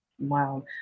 Wow